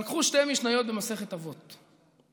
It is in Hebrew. אבל קחו שתי משניות במסכת אבות: